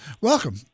Welcome